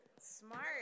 Smart